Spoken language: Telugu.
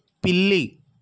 పిల్లి